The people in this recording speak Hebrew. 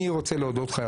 אני רוצה להודות לך,